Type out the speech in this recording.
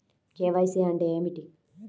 KYC అంటే ఏమిటి?